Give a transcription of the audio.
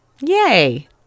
Yay